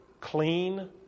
clean